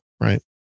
right